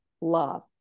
love